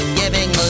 giving